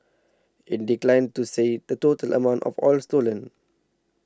it declined to say the total amount of oil stolen